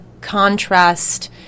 contrast